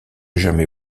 jamais